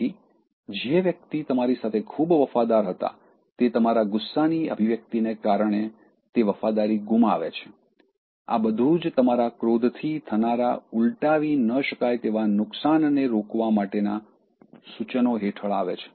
તેથી જે વ્યક્તિ તમારી સાથે ખૂબ વફાદાર હતા તે તમારા ગુસ્સાની અભિવ્યક્તિને કારણે તે વફાદારી ગુમાવે છે આ બધુંજ તમારા ક્રોધથી થનારા ઉલટાવી ન શકાય તેવા નુકશાન ને રોકવા માટેના સૂચનો હેઠળ આવે છે